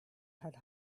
had